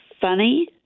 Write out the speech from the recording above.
funny